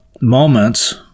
moments